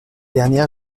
dernière